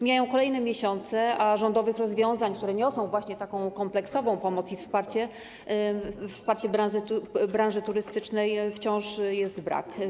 Mijają kolejne miesiące, a rządowych rozwiązań, które niosą właśnie taką kompleksową pomoc i wsparcie branży turystycznej, wciąż jest brak.